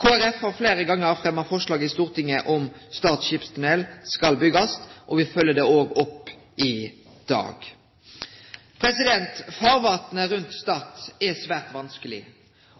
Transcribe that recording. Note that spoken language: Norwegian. Folkeparti har fleire gonger fremma forslag i Stortinget om at Stad skipstunnel skal byggjast, og me følgjer det opp i dag. Farvatnet rundt Stad er svært vanskeleg.